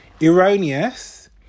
Erroneous